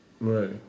Right